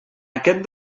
aquest